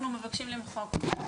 אנחנו מבקשים למחוק.